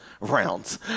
rounds